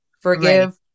Forgive